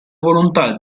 volontà